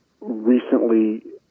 recently